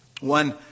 One